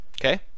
okay